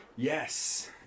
Yes